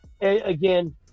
again